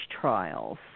trials